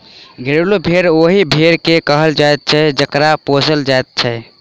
घरेलू भेंड़ ओहि भेंड़ के कहल जाइत छै जकरा पोसल जाइत छै